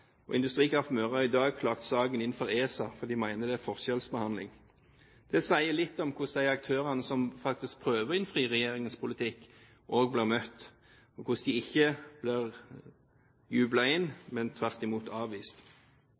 og Industrikraft Møre har i dag klaget saken inn for ESA fordi de mener det er forskjellsbehandling. Det sier litt om hvordan de aktørene som faktisk prøver å innfri regjeringens politikk, også blir møtt, og hvordan de ikke blir jublet inn, men tvert imot avvist.